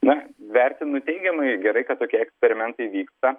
na vertinu teigiamai gerai kad tokie eksperimentai vyksta